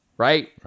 Right